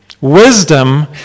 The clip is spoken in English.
wisdom